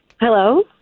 Hello